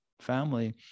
family